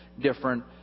different